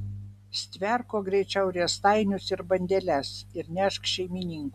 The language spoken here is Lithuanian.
stverk kuo greičiau riestainius ir bandeles ir nešk šeimininkui